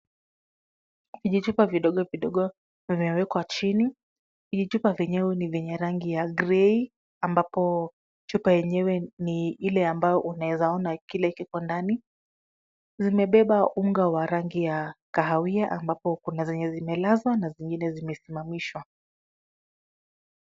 Vijichupa vidogo vidogo vimewekwa chini. Vijichupa vyenyewe ni vyenye rangi ya grey ambapo chupa yenyewe ni ile ambayo unaweza ona kile kiko ndani. Zimebeba unga wa rangi ya kahawia ambapo kuna zenye zimelazwa na zingine zimesimamishwa.